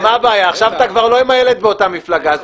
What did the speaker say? עכשיו אתה כבר לא עם איילת באותה מפלגה אז